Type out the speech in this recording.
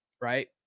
right